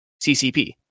ccp